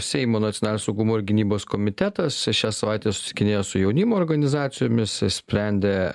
seimo nacionalinio saugumo ir gynybos komitetas šią savaitę susitikinėja su jaunimo organizacijomis sprendė